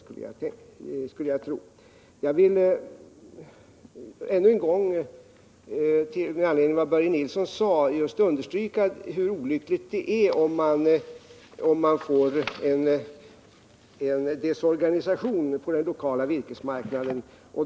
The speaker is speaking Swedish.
Med anledning av vad Börje Nilsson sade vill jag ännu en gång understryka hur olyckligt det är om man får en desorganisation på den lokala virkesmarknaden.